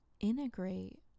integrate